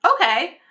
okay